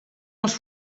els